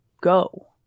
Go